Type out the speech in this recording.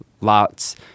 lots